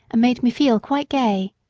made me feel quite gay.